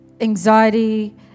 anxiety